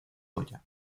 goya